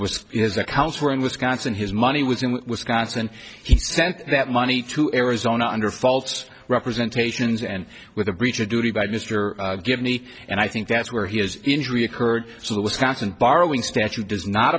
was his accounts were in wisconsin his money was in wisconsin he sent that money to arizona under faults representation is and with a breach of duty by mr give me and i think that's where his injury occurred so that wisconsin borrowing statute does not